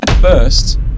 First